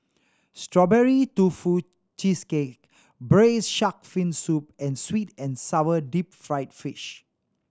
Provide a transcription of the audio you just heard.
Strawberry Tofu Cheesecake Braised Shark Fin Soup and sweet and sour deep fried fish